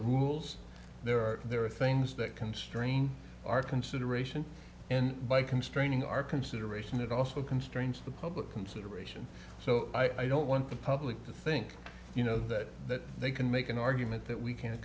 rules there are there are things that constrain our consideration and by constraining our consideration it also constrains the public consideration so i don't want the public to think you know that that they can make an argument that we can